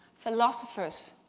philosophers,